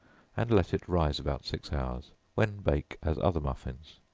and let it rise about six hours, when bake as other muffins.